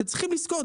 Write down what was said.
אתם צריכים לזכור,